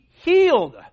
healed